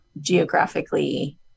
geographically